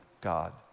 God